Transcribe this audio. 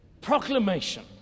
proclamation